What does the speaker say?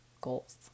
goals